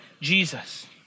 Jesus